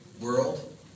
world